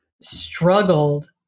struggled